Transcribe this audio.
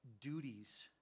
duties